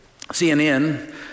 CNN